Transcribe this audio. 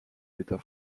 l’état